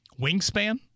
wingspan